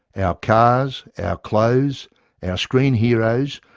our cars, our clothes, our screen heroes,